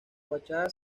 fachada